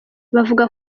bavuga